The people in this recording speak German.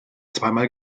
zweimal